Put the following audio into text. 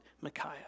Micaiah